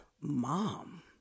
mom